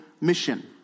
mission